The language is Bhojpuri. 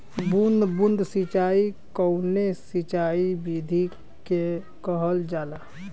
बूंद बूंद सिंचाई कवने सिंचाई विधि के कहल जाला?